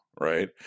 right